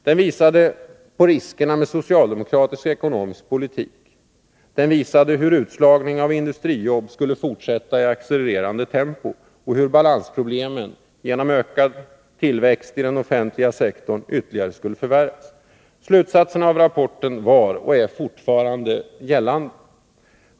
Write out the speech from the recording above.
Den visade på riskerna med socialdemokratisk ekonomisk politik. Den visade hur utslagningen av industrijobb skulle fortsätta i accelererande tempo och hur balansproblemen genom ökad tillväxt i den offentliga sektorn skulle ytterligare förvärras. Slutsatserna av rapporten var och är fortfarande aktuella.